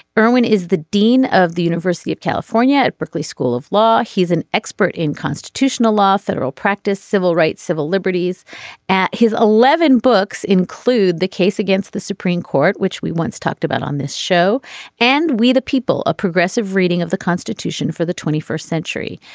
erwin is the dean of the university of california at berkeley school of law. he's an expert in constitutional law federal practice civil rights civil liberties at his eleven books include the case against the supreme court which we once talked about on this show and we the people a progressive reading of the constitution for the twenty first century.